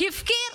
הפקיר.